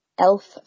Elf